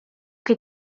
che